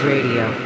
Radio